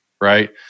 Right